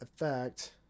effect